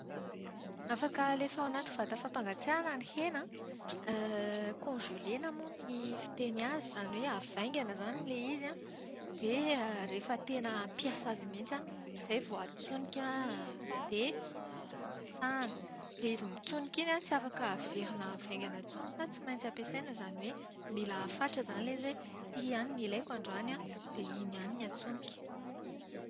Afaka alefa ao anaty vata fampangatsiahana ny hena an. Konzele-na moa ny fiteny azy izany hoe havaingana izany ilay izy an, dia rehefa tena hampiasa azy mihitsy izay vao atsonika dia masahana. Ilay izy mitsonika iny an, tsy afaka averina avaingana intsony fa tsy maintsy ampiasaina izany hoe mila afàtra izany ilay izy hoe, ity ihany no ilaiko androany an, dia iny ihany no atsonika.